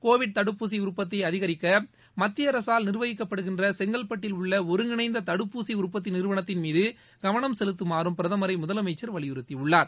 Covid தடுப்பூசி உற்பத்தியை அதிகிக்க மத்திய அரசால் நிர்வகிக்கப்படுகின்ற செங்கல்பட்டில் உள்ள ஒருங்கிணைந்த தடுப்பூசி உற்பத்தி நிறுவனத்தின் மீது கவனம் செலுத்துமாறும் பிரதமரை முதலமைச்சர் வலியுறுத்தியுள்ளார்